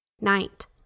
Night